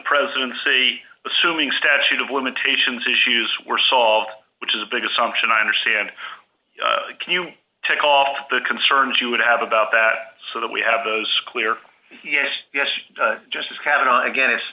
presidency assuming statute of limitations issues were solved which is a big assumption understand can you take off the concerns you would have about that so that we have those clear yes yes just as cabinet again i